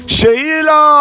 Sheila